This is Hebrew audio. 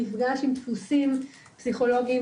מפגש עם דפוסים פסיכולוגיים